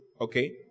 okay